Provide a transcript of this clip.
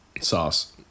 Sauce